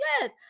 yes